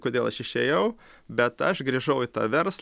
kodėl aš išėjau bet aš grįžau į tą verslą